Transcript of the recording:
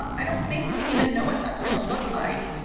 i don't think we even know what that's gonna look like.